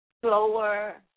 slower